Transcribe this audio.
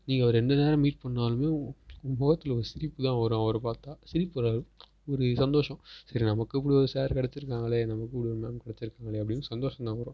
நீங்கள் அவரை எந்த நேரம் மீட் பண்ணாலும் உங்கள் முகத்துல ஒரு சிரிப்பு தான் வரும் அவரை பார்த்தா சிரிப்பு வராது ஒரு சந்தோஷம் சரி நமக்கு இப்படி ஒரு சார் கிடச்சிருக்காங்களே நமக்கு ஒரு மேம் கிடச்சிருக்காங்களே அப்படின்னு சந்தோசந்தான் வரும்